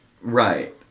Right